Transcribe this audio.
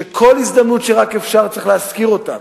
שבכל הזדמנות שרק אפשר צריך להזכיר אותם,